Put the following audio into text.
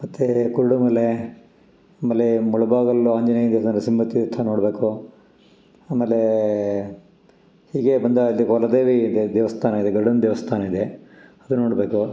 ಮತ್ತು ಕುರುಡುಮಲೆ ಆಮೇಲೆ ಮುಳ್ಬಾಗಲು ಆಂಜನೇಯ ದೇವ್ಸ್ತಾನ ನೃಸಿಂಹ ತೀರ್ಥ ನೋಡಬೇಕು ಆಮೇಲೆ ಹೀಗೆ ಬಂದ ಅಲ್ಲಿ ಕೊಲದೇವಿ ದೇವಸ್ಥಾನ ಇದೆ ಗರುಡನ ದೇವಸ್ಥಾನ ಇದೆ ಅದು ನೋಡಬೇಕು